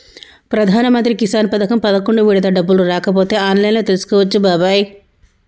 ప్రధానమంత్రి కిసాన్ పథకం పదకొండు విడత డబ్బులు రాకపోతే ఆన్లైన్లో తెలుసుకోవచ్చు బాబాయి